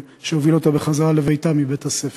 שהוביל אותה בחזרה לביתה מבית-הספר.